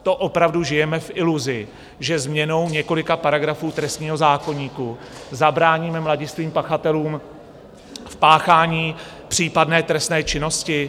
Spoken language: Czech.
To opravdu žijeme v iluzi, že změnou několika paragrafů trestního zákoníku zabráníme mladistvým pachatelům v páchání případné trestné činnosti?